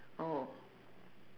oh